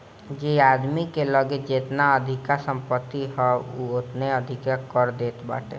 जे आदमी के लगे जेतना अधिका संपत्ति होई उ ओतने अधिका कर देत बाटे